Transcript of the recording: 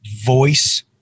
voice